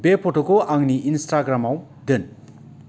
बे फट'खौ आंनि इनस्टाग्रामाव दोन